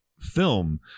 film